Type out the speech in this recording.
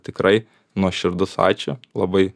tikrai nuoširdus ačiū labai